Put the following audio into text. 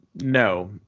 No